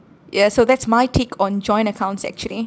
ya so that's my take on joint accounts actually